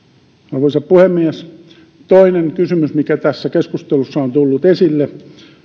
arvoisa puhemies toinen kysymys mikä tässä keskustelussa on tullut esille